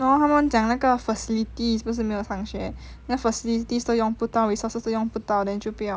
然后他们讲那个 facilities 不是没有上学 then facilities 都用不到 resources 都用不到 then 就不要